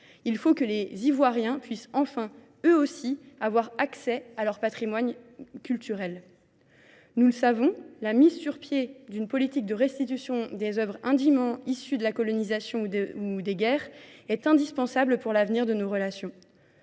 Il faut que les Ivoiriens puissent enfin, eux aussi, avoir accès à leur patrimoine culturel. Nous le savons, la mise sur pied d'une politique de restitution des œuvres indiments issues de la colonisation ou des guerres est indispensable pour l'avenir de nos relations.